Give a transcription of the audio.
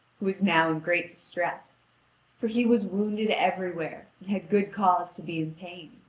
who is now in great distress for he was wounded everywhere, and had good cause to be in pain.